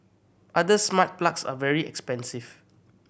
other smart plugs are very expensive